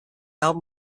album